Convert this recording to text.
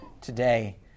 today